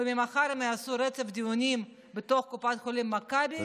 ממחר הם יעשו רצף דיונים בתוך קופת חולים מכבי,